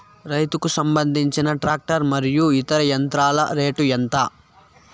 రైతుకు సంబంధించిన టాక్టర్ మరియు ఇతర యంత్రాల రేటు ఎంత?